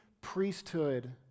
priesthood